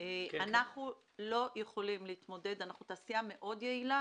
אנחנו תעשייה יעילה מאוד.